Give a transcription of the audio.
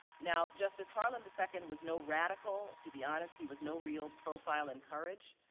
now justice harlan the second was no radical to be honest, he was no real profile in courage.